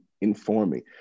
informing